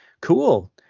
cool